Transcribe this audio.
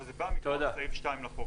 אבל זה בא מכוח סעיף 2 לחוק.